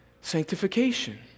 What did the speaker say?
sanctification